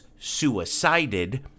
suicided